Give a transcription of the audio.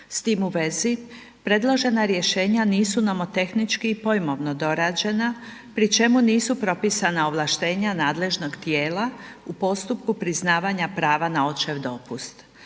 S tim u vezi, predložena rješenja nisu nomotehnički i pojmovno dorađena pri čemu nisu propisana ovlaštenja nadležnog tijela u postupku priznavanja prava na očev dopust,